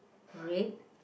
red